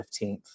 15th